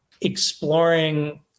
exploring